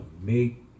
make